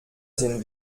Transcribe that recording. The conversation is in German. sind